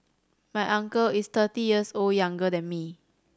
my uncle is thirty years old younger than me